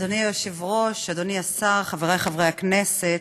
אדוני היושב-ראש, אדוני השר, חברי חברי הכנסת,